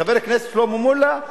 חבר הכנסת שלמה מולה,